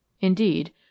indeed